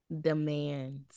demands